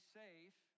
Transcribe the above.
safe